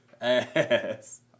Ass